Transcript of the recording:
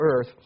earth